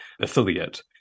affiliate